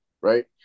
Right